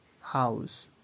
house